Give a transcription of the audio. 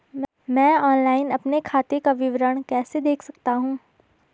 मैं ऑनलाइन अपने खाते का विवरण कैसे देख सकता हूँ?